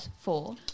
Four